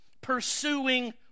pursuing